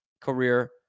career